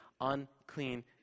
unclean